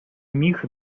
міх